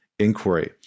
Inquiry